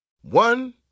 One